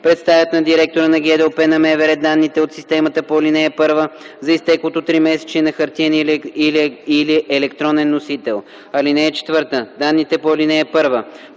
представят на директора на ГДОП на МВР данните от системата по ал. 1 за изтеклото тримесечие на хартиен или електронен носител. (4) Данните по ал. 1,